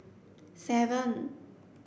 seven